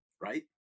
right